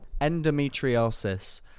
Endometriosis